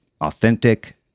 authentic